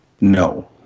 no